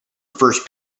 first